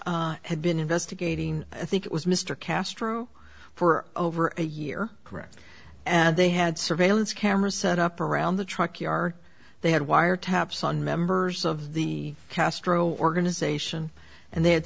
police have been investigating i think it was mr castro for over a year correct and they had surveillance cameras set up around the truckee are they had wire taps on members of the castro organization and they had